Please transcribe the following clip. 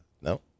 No